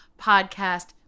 podcast